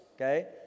okay